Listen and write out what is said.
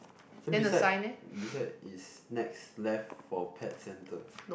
then beside beside is next left for pet centre